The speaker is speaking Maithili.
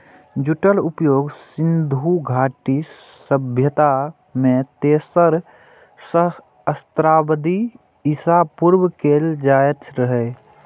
जूटक उपयोग सिंधु घाटी सभ्यता मे तेसर सहस्त्राब्दी ईसा पूर्व कैल जाइत रहै